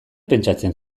pentsatzen